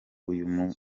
uyu